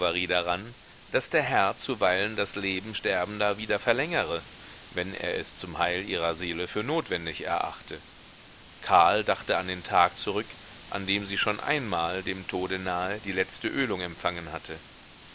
daran daß der herr zuweilen das leben sterbender wieder verlängere wenn er es zum heil ihrer seele für notwendig erachte karl dachte an den tag zurück an dem sie schon einmal dem tode nahe die letzte ölung empfangen hatte